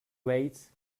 wait